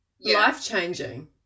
life-changing